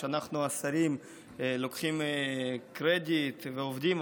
שאנחנו השרים לוקחים קרדיט ועובדים,